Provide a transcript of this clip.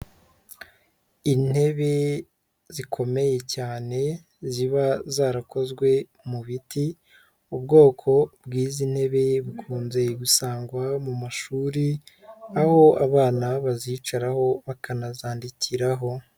Intebe zikomeye cyane ziba zarakozwe mu biti, ubwoko bw'izi ntebe bukunze gusangwa mu mashuri, aho abana bazicaraho bakanazandikiraho.